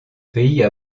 pays